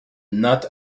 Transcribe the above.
not